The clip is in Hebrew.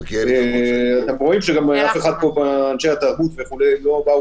אתם רואים שאף אחד מאנשי התרבות לא באו